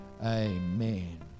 Amen